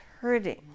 hurting